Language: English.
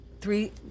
three